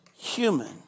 human